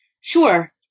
Sure